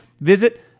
Visit